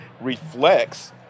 reflects